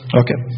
okay